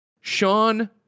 Sean